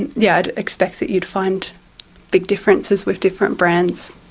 and yeah i'd expect that you'd find big differences with different brands.